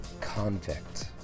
convict